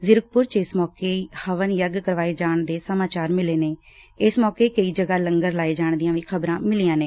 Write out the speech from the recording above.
ਜ਼ਿਰਕਪੁਰ ਚ ਇਸ ਮੌਕੇ ਹਵਨ ਯੱਗ ਕਰਵਾਏ ਜਾਣ ਦੇ ਸਮਾਚਾਰ ਮਿਲੇ ਨੇ ਇਸ ਮੌਕੇ ਕਈ ਜਗਾਂ ਲੰਗਰ ਲਾਏ ਜਾਣ ਦੀਆਂ ਵੀ ਖ਼ਬਰਾਂ ਨੇ